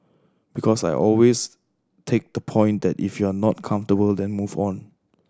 because I always take the point that if you're not comfortable then move on